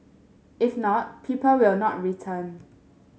if not people will not return